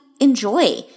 enjoy